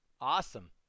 awesome